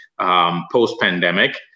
post-pandemic